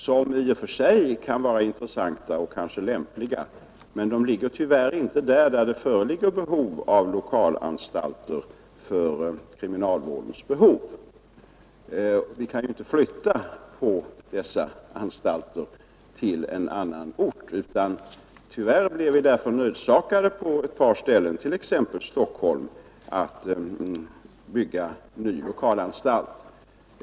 som i och för sig kan vara intressanta och kanske lämpliga, men de ligger tyvärr inte där det föreligger behov av lokalanstalter för kriminalvården. Vi kan ju inte flytta dessa anstalter till en annan ort. Tyvärr blir vi därför nödsakade att på ett par ställen, t.ex. i Stockholm, bygga ny lokalanstalt.